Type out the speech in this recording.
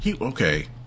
Okay